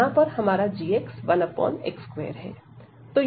यहां पर हमारा g 1x2है